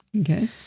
Okay